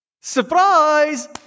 surprise